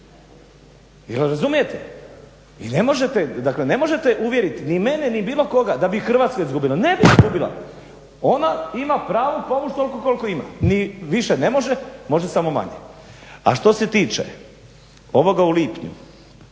Jer razumijete? Vi ne možete uvjerit ni mene, ni bilo koga da bi Hrvatska izgubila, ne bi izgubila, ona ima pravo povući toliko koliko ima, ni više ne može, može samo manje. A što se tiče ovoga u lipnju,